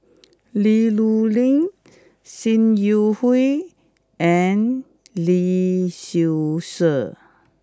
Li Rulin Sim Yi Hui and Lee Seow Ser